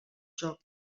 joc